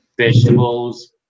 Vegetables